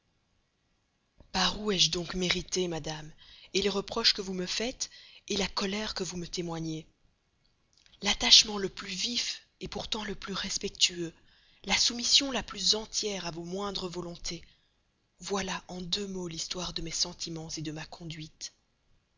par où ai-je donc mérité madame les reproches que vous me faites la colère que vous me témoignez l'attachement le plus vif pourtant le plus respectueux la soumission la plus entière à vos moindres volontés voilà en deux mots l'histoire de mes sentiments de ma conduite